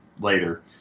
later